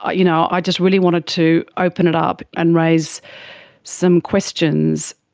ah you know i just really wanted to open it up and raise some questions.